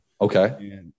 Okay